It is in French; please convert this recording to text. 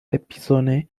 espionner